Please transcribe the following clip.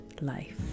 life